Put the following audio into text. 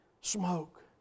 smoke